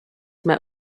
met